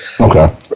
okay